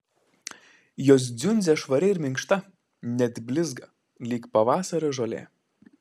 jos dziundzė švari ir minkšta net blizga lyg pavasario žolė